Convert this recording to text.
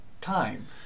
time